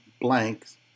blanks